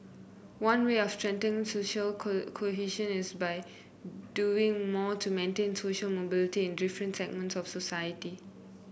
one way of strengthening societal cohesion is by doing more to maintain social mobility in different segments of society